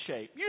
shape